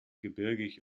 gebirgig